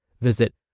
Visit